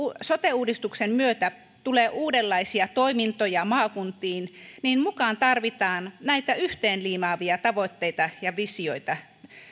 sote uudistuksen myötä tulee uudenlaisia toimintoja maakuntiin niin mukaan tarvitaan näitä yhteen liimaavia tavoitteita ja visioita